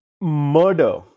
Murder